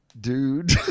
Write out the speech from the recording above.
dude